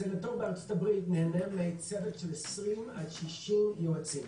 סנאטור בארצות הברית ניהנה מצוות שח 20 עד 60 יועצים.